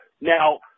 Now